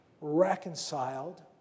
reconciled